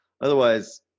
otherwise